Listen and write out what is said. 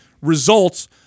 results